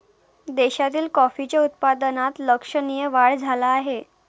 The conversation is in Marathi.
देशातील कॉफीच्या उत्पादनात लक्षणीय वाढ झाला आहे